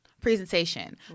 Presentation